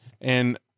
And-